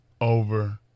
over